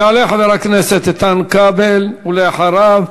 יעלה חבר הכנסת איתן כבל, ואחריו,